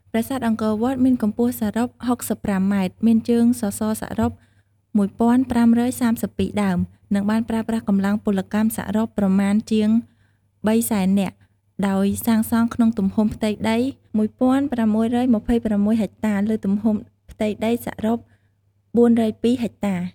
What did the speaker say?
ប្រាសាទអង្គរវត្ត មានកម្ពស់សរុប ៦៥ម៉ែត្រ មានជើងសសរសរុប ១៥៣២ ដើម និងបានប្រើប្រាស់កម្លាំងពលកម្មសរុប ប្រមាណជា ៣០០,០០០ (៣សែននាក់) ដោយសាងសង់ក្នុងទំហំផ្ទៃដី ១៦២,៦ ហិចតា លើទំហំផ្ទៃដីសរុប ៤០២ ហិចតា។